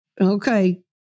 Okay